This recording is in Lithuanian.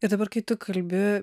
ir dabar kai tu kalbi